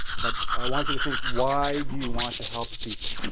but i want you to think, why do you want to help people?